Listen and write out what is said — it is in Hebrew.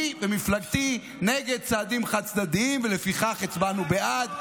אני ומפלגתי נגד צעדים חד-צדדיים ולפיכך הצבענו בעד.